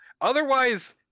Otherwise